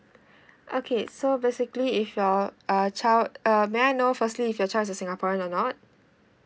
okay so basically if your uh child uh may I know firstly if your child is a singaporean or not